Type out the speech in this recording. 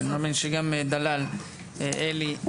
וגם דלל אלי,